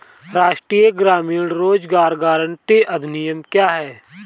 राष्ट्रीय ग्रामीण रोज़गार गारंटी अधिनियम क्या है?